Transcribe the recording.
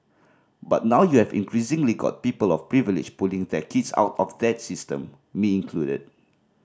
but now you have increasingly got people of privilege pulling their kids out of that system me included